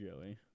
Joey